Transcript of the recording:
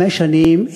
חמש שנים,